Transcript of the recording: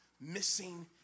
missing